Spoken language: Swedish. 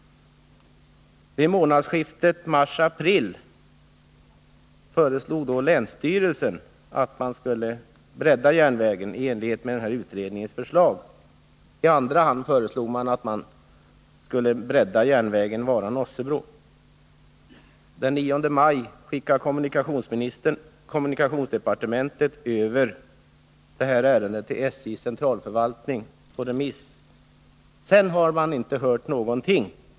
I månadsskiftet mars-april föreslog länsstyrelsen att man skulle bredda järnvägen i enlighet med utredningens förslag. Man föreslog i andra hand att järnvägen Vara-Nossebro skulle breddas. Den 9 maj skickade kommunikationsdepartementet över ärendet på remiss till SJ:s centralförvaltning. Sedan har det inte hörts någonting.